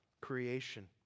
creation